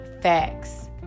facts